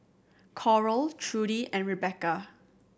Coral Trudy and Rebekah